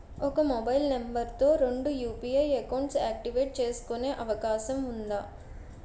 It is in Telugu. ఒక మొబైల్ నంబర్ తో రెండు యు.పి.ఐ అకౌంట్స్ యాక్టివేట్ చేసుకునే అవకాశం వుందా?